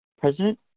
President